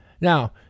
Now